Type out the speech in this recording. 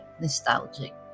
nostalgic